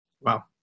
Wow